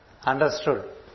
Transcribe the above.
understood